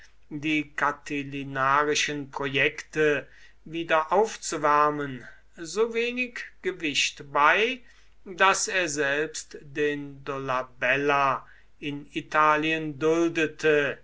die catilinarischen projekte wieder aufzuwärmen so wenig gewicht bei daß er selbst den dolabella in italien duldete